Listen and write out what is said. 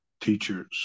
teachers